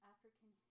African